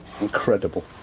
Incredible